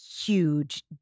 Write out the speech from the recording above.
huge